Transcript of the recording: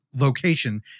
location